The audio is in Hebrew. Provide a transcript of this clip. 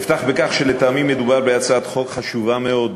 אפתח בכך שלטעמי מדובר בהצעת חוק חשובה מאוד,